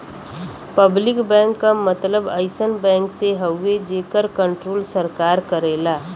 public bank क मतलब अइसन बैंक से हउवे जेकर कण्ट्रोल सरकार करेला